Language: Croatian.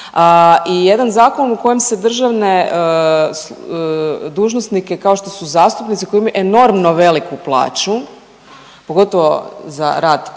i jedan zakon u kojem se državne dužnosnike kao što su zastupnici koji imaju enormno veliku plaću, pogotovo za rad koji